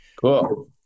Cool